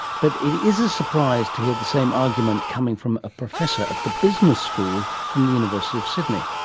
but it is a surprise to hear the same argument coming from a professor at the business school from the university of sydney.